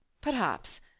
Perhaps